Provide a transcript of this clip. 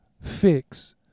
fix